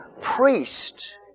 priest